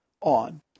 on